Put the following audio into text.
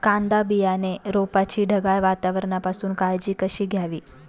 कांदा बियाणे रोपाची ढगाळ वातावरणापासून काळजी कशी घ्यावी?